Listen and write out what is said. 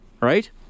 right